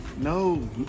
no